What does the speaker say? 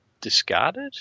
discarded